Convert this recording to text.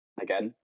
again